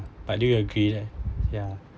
but do you agree like ya